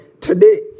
today